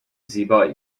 زیبایی